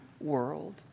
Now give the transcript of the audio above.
world